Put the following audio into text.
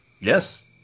Yes